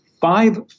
five